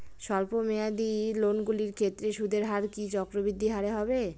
স্বল্প মেয়াদী লোনগুলির ক্ষেত্রে সুদের হার কি চক্রবৃদ্ধি হারে হবে?